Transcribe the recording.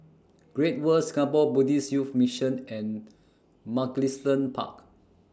Great World Singapore Buddhist Youth Mission and Mugliston Park